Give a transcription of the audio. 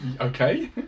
okay